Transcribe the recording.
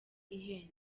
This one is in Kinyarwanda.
ihenze